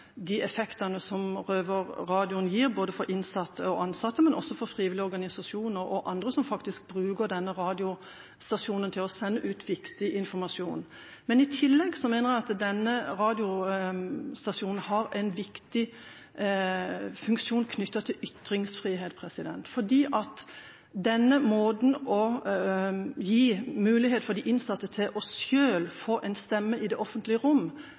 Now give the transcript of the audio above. de effektene som Røverradioen gir både for innsatte og for ansatte, men også for frivillige organisasjoner og andre som bruker denne radiostasjonen til å sende ut viktig informasjon. Men i tillegg mener jeg denne radiostasjonen har en viktig funksjon knyttet til ytringsfrihet, fordi denne måten å gi mulighet for de innsatte til selv å få en stemme i det offentlige rom